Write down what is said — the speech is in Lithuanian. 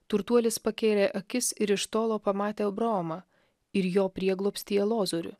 turtuolis pakėlė akis ir iš tolo pamatė abraomą ir jo prieglobstyje lozorių